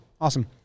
Awesome